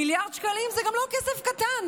מיליארד שקלים זה גם לא כסף קטן,